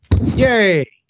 Yay